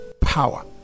power